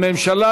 הממשלה,